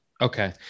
Okay